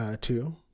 two